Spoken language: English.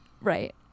Right